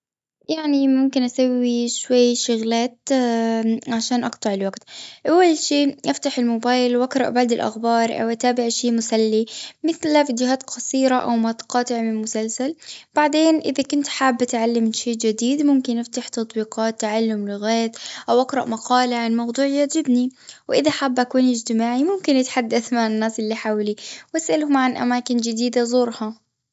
يعني ممكن أسوي شوي شغلات عشان أقطع الوقت. أول شيء أفتح الموبايل وأقرأ باقي الأخبار أو أتابع شيء مثل- مثل فيديوهات قصيرة أو مقاطع المسلسل. بعدين إذا كنت حابة تعلمني شي جديد ممكن أفتح تطبيقات تعلم لغات أو أقرأ مقالة عن موضوع يعجبني وإذا حابة كوني أجتماعي ممكن يتحدث مع الناس اللي حولي وأسألهم عن أماكن جديدة أزورها.